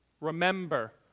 remember